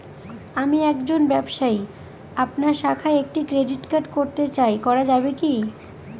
আমি একজন ব্যবসায়ী আপনার শাখায় একটি ক্রেডিট কার্ড করতে চাই করা যাবে কি?